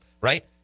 right